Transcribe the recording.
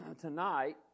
tonight